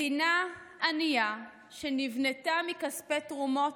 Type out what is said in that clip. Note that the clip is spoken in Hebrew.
מדינה ענייה, שנבנתה מכספי תרומות,